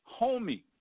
homie